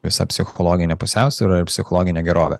visą psichologinę pusiausvyrą ir psichologinę gerovę